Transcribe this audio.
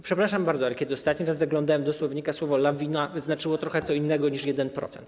Przepraszam bardzo, ale kiedy ostatni raz zaglądałem do słownika, słowo „lawina” znaczyło trochę co innego niż 1%.